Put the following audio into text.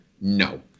No